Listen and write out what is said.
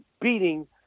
beating –